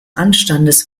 anstandes